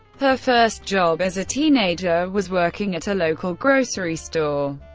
her first job as a teenager was working at a local grocery store.